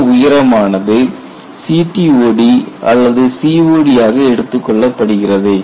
இந்த உயரமானது CTOD அல்லது COD ஆக எடுத்துக்கொள்ளப்படுகிறது